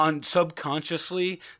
subconsciously